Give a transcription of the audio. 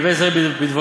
והווי זהיר בדבריך,